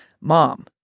Mom